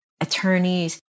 Attorneys